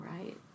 right